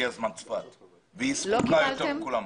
אבל הגיע זמן צפת והיא זקוקה יותר מכולם.